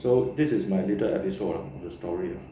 so this is my little episode lah the story